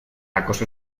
acoso